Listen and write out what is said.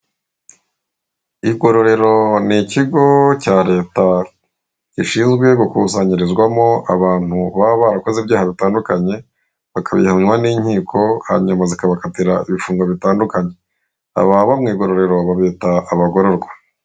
Igororero n'ikigo cya leta gishinzwe gukusanyirizwamo abantu baba barakoze ibyaha bitandukanye bakabihamya n'inkiko hanyuma zikabakatira ibifungo bitandukanye, ababa mu igororero babita imfungwa.